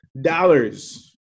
dollars